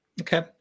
Okay